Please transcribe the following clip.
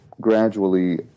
gradually